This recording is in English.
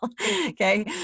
Okay